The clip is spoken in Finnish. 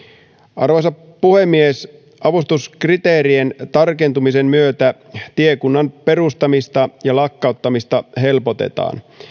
arvoisa puhemies avustuskriteerien tarkentumisen myötä tiekunnan perustamista ja lakkauttamista helpotetaan